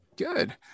Good